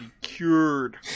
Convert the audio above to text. cured